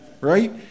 Right